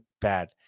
bad